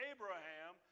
Abraham